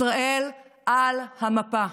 ישראל על המפה,